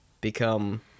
become